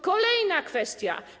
Kolejna kwestia.